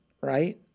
right